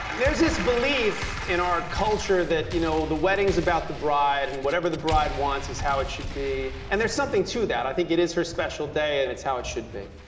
there's this belief in our culture that you know the wedding's about the bride, and whatever the bride wants is how it should be, and there's something to that. i think it is her special day, and it's how it should be.